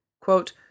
quote